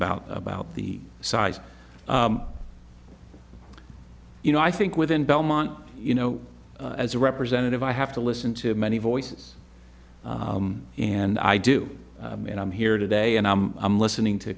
about about the size you know i think within belmont you know as a representative i have to listen to many voices and i do and i'm here today and i'm listening to